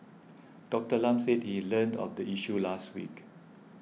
Doctor Lam said he learnt of the issue last week